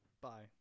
bye